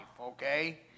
okay